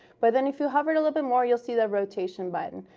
but then if you hover a little bit more, you'll see the rotation button.